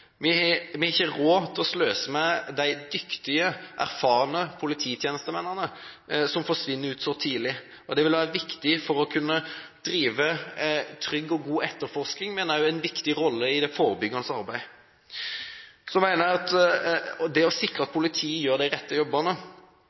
Vi har ikke råd til å sløse med de dyktige, erfarne polititjenestemennene som forsvinner ut så tidlig. Det vil være viktig for å kunne drive trygg og god etterforskning, men de kan også ha en viktig rolle i forebyggende arbeid. Så mener jeg at det å sikre at politiet gjør de rette jobbene,